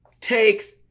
takes